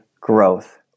growth